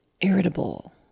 irritable